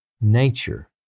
nature